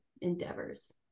Endeavors